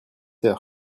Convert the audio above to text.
heures